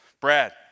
Brad